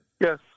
Yes